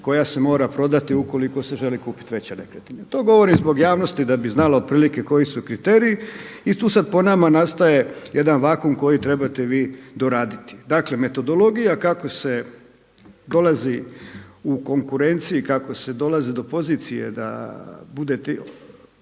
koja se mora prodati ukoliko se želi kupit veća nekretnina. To govorim zbog javnosti da bi znala otprilike koji su kriteriji i tu sad po nama nastaje jedan vakuum koji trebate vi doraditi. Dakle, metodologija kako se dolazi u konkurenciji kako se dolazi do pozicije da bude,